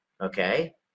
okay